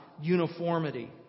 uniformity